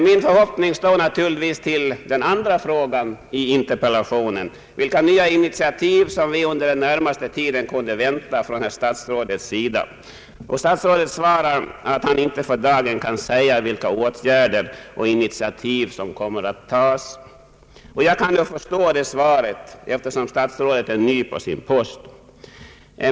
Min förhoppning stod naturligtvis till den andra frågan i interpellationen, nämligen vilka nya initiativ som vi under den närmaste tiden kunde vänta från herr statsrådet. Statsrådet svarar att han inte för dagen kan säga vilka åtgärder och initiativ som kommer att tas. Jag kan förstå detta svar, eftersom statsrådet är ny på sin post.